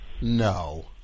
No